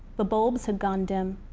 the bulbs had gone dim.